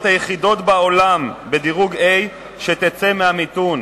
היחידות בעולם בדירוג A שתצא מהמיתון,